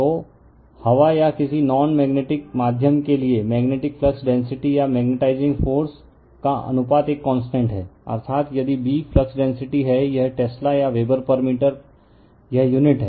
तो हवा या किसी नॉन मेग्नेटिक माध्यम के लिएमेग्नेटिक फ्लक्स डेंसिटी और मेग्नेटाइजिंग फ़ोर्स का अनुपात एक कांस्टेंट है अर्थात यदि B फ्लक्स डेंसिटी हैं यह टेस्ला या वेबर पर मीटर2 यह यूनिट है